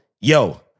yo